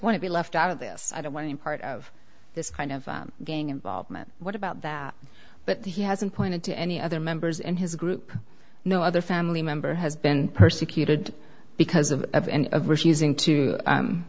want to be left out of this i don't want any part of this kind of gang involvement what about that but he hasn't pointed to any other members in his group no other family member has been persecuted because of refusing to